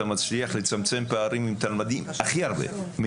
מצליח הכי הרבה לצמצם פערים עם תלמידים מניסיון,